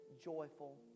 joyful